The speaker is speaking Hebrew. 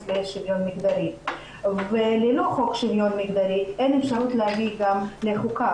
לשוויון מגדרי וללא חוק שוויון מגדרי אין אפשרות גם להביא לחוקה.